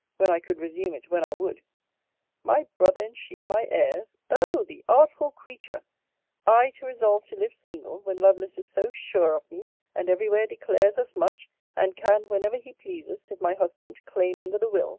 when i could resume it when i would my brother and she my heirs! o the artful creature i to resolve to live single, when lovelace is so sure of me and every where declares as much and can whenever he pleases, if my husband, claim under the will